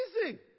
amazing